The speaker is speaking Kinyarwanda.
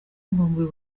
nkumbuye